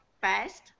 best